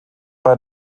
bei